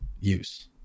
use